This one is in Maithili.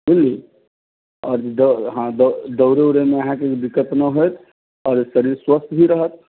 आ हँ दौड़ै ऊड़ै मे अहाँके दिक्कत न होइत आओर शरीर स्वस्थ भी रहत